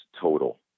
total